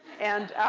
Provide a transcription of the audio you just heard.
and